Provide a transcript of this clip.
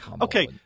Okay